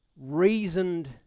reasoned